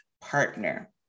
partner